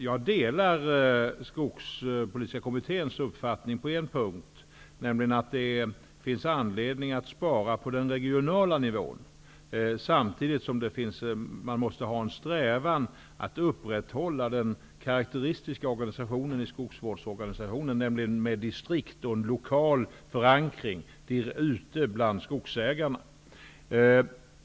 Jag delar Skogspolitiska kommitténs uppfattning på en punkt, nämligen att det finns anledning att spara på den regionala nivån samtidigt som man måste ha en strävan att upprätthålla den karaktäristiska organisationen i skogsvårdsorganisationen, dvs. med distrikt och en lokal förankring ute bland skogsägarna.